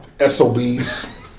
SOBs